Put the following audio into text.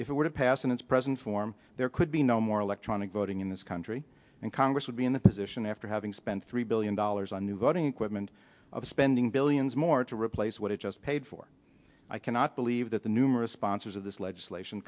if it were to pass in its present form there could be no more electronic voting in this country and congress would be in the position after having spent three billion dollars on new voting equipment of spending billions more to replace what it just paid for i cannot believe that the numerous sponsors of this legislation